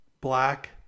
black